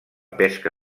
pesca